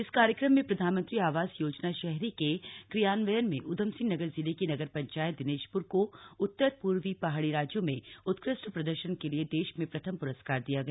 इस कार्यक्रम में प्रधानमंत्री आवास योजना शहरी के क्रियान्वयन में ऊधमसिंह नगर जिले की नगर पंचायत दिनेशप्र को उत्तर पूर्वी पहाड़ी राज्यों में उत्कृष्ट प्रदर्शन के लिए देश में प्रथम पुरस्कार दिया गया